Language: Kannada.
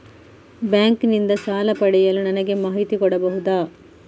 ಬ್ಯಾಂಕ್ ನಿಂದ ಸಾಲ ಪಡೆಯಲು ನನಗೆ ಮಾಹಿತಿ ಕೊಡಬಹುದ?